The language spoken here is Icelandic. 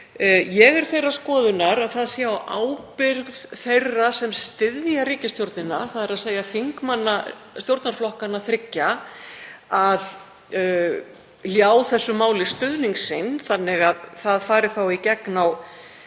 Ég er þeirrar skoðunar að það sé á ábyrgð þeirra sem styðja ríkisstjórnina, þ.e. þingmanna stjórnarflokkanna þriggja, að ljá þessu máli stuðning sinn þannig að það fari þá í gegn